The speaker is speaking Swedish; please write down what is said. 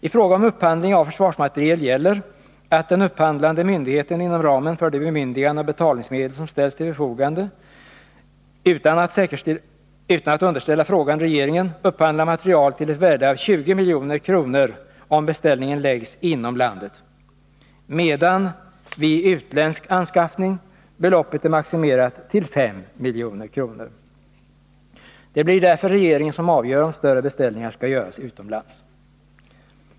I fråga om upphandling av försvarsmateriel gäller att den upphandlande myndigheten inom ramen för de bemyndiganden och betalningsmedel som ställs till förfogande kan, utan att underställa regeringen frågan, upphandla materiel till ett värde av 20 milj.kr., om beställningen läggs inom landet, medan vid utländsk anskaffning beloppet är maximerat till 5 milj.kr. Det blir därför regeringen som avgör om större beställningar skall göras utomlands.